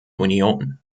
union